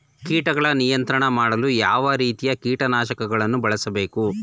ಕೀಟಗಳ ನಿಯಂತ್ರಣ ಮಾಡಲು ಯಾವ ರೀತಿಯ ಕೀಟನಾಶಕಗಳನ್ನು ಬಳಸಬೇಕು?